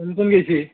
কোন কোন গেইছি